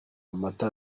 amata